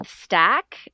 Stack